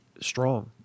strong